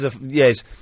yes